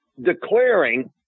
declaring